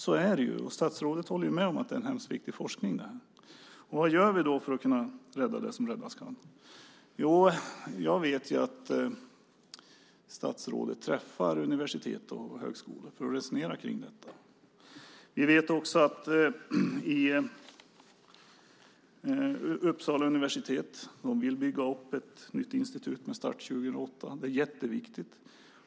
Så är det. Statsrådet håller med om att det här är en hemskt viktig forskning. Vad gör vi då för att kunna rädda det som räddas kan? Jag vet att statsrådet träffar folk på universitet och högskolor för att resonera om detta. Vi vet också att Uppsala universitet vill bygga upp ett nytt institut med start år 2008. Detta är jätteviktigt.